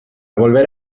volver